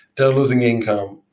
they're losing income,